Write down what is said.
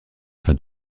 fin